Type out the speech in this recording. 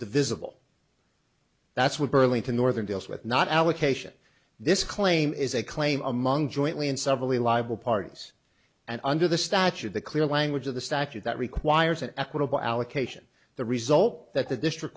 divisible that's what burlington northern deals with not allocation this claim is a claim among jointly and severally liable parties and under the statute the clear language of the statute that requires an equitable allocation the result that the district